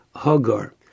Hagar